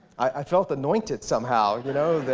i felt anointed somehow, you know that